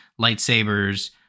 lightsabers